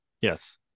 yes